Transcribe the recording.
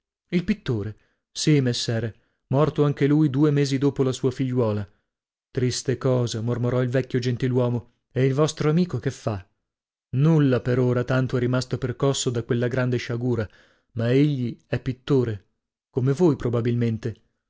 il pittore sì messere morto anche lui due mesi dopo la sua figliuola triste cosa mormorò il vecchio gentiluomo e il vostro amico che fa nulla per ora tanto è rimasto percosso da quella grande sciagura ma egli è pittore come voi probabilmente